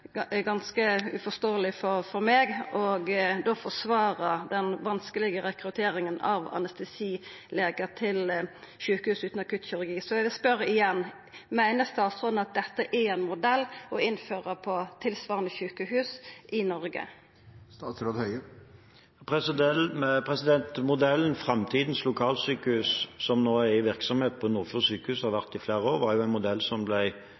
er det ganske uforståeleg for meg å forsvara den vanskelege rekrutteringa av anestesilegar til sjukehus utan akuttkirurgi. Så eg spør igjen: Meiner statsråden at dette er ein modell å innføra på tilsvarande sjukehus i Noreg? Modellen «framtidens lokalsykehus», som nå er i virksomhet på Nordfjord sjukehus og har vært det i flere år, er jo en modell som